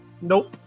nope